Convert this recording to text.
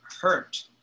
hurt